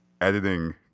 Editing